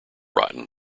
rotten